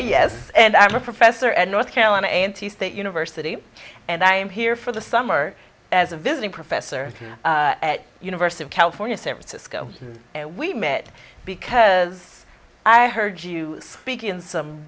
yes and i'm a professor at north carolina a and t state university and i am here for the summer as a visiting professor at university of california san francisco and we met because i heard you speak in so